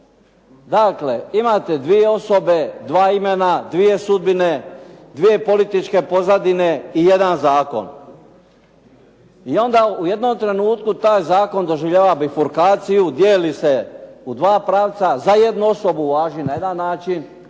Dakle, imate dvije osobe, dva imena, dvije sudbine, dvije političke pozadine i jedan zakon i onda u jednom trenutku taj zakon doživljava bifurkaciju, dijeli se u dva pravca, za jednu osobu važi na jedan način,